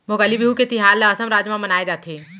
भोगाली बिहू के तिहार ल असम राज म मनाए जाथे